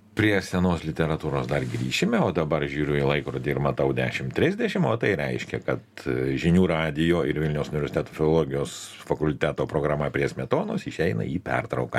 prie senos literatūros dar grįšime o dabar žiūriu į laikrodį ir matau dešim trisdešim o tai reiškia kad žinių radijo ir vilniaus universiteto filologijos fakulteto programa prie smetonos išeina į pertrauką